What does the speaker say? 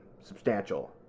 substantial